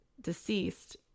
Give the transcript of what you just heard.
deceased